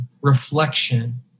reflection